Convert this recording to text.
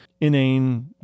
inane